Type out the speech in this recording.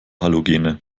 halogene